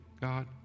God